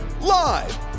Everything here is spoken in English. Live